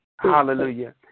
Hallelujah